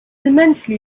immensely